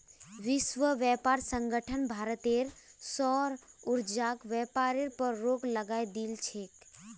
विश्व व्यापार संगठन भारतेर सौर ऊर्जाक व्यापारेर पर रोक लगई दिल छेक